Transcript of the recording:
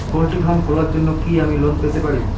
Poultry farm খোলার জন্য কি আমি লোন পেতে পারি?